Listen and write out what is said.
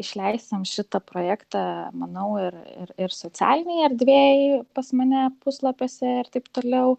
išleisim šitą projektą manau ir ir ir socialinėj erdvėj pas mane puslapiuose ir taip toliau